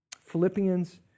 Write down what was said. Philippians